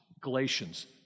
Galatians